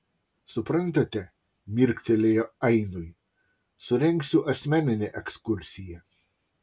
suprantate mirktelėjo ainui surengsiu asmeninę ekskursiją